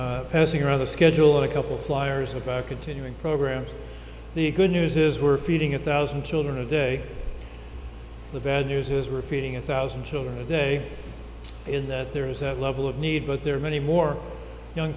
e passing around the schedule a couple flyers about continuing programs the good news is we're feeding a thousand children a day the bad news is we're feeding a thousand children a day is that there is that level of need but there are many more young